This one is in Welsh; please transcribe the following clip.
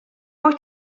wyt